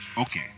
okay